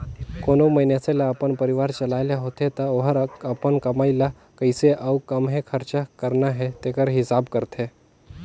कोनो मइनसे ल अपन परिवार चलाए ले होथे ता ओहर अपन कमई ल कइसे अउ काम्हें खरचा करना हे तेकर हिसाब करथे